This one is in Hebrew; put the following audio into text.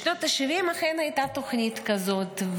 בשנות השבעים אכן הייתה תוכנית כזאת,